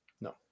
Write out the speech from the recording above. No